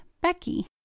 Becky